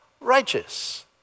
righteous